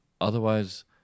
Otherwise